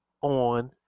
on